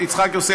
יצחק יוסף,